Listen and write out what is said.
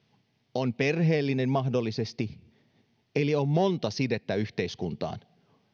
on perheellinen mahdollisesti eli on monta sidettä yhteiskuntaan